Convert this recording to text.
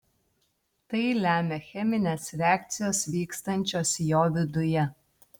tai lemia cheminės reakcijos vykstančios jo viduje